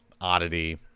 oddity